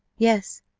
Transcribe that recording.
yes,